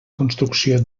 construcció